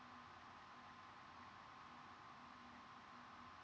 oh ah